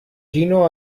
gino